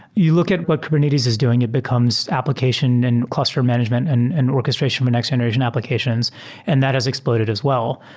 you look at what kubernetes is doing, it becomes application and cluster management and and orches tration for next generation applications and that has exploded as wel